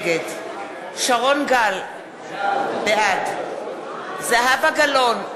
נגד שרון גל, בעד זהבה גלאון,